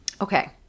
Okay